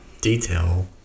detail